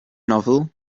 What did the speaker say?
novel